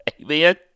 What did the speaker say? Amen